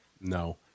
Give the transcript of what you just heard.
No